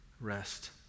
rest